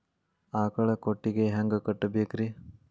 ಆಕಳ ಕೊಟ್ಟಿಗಿ ಹ್ಯಾಂಗ್ ಕಟ್ಟಬೇಕ್ರಿ?